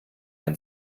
ein